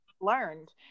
learned